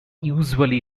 usually